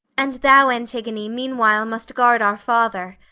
and thou, antigone, meanwhile must guard our father.